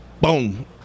Boom